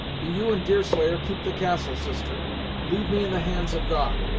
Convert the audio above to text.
do you and deerslayer keep the castle, sister leave me in the hands of god.